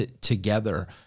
together